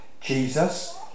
Jesus